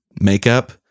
makeup